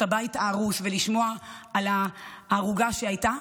הבית ההרוס ולשמוע על ההרוגה שהייתה,